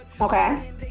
Okay